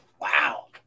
Wow